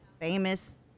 famous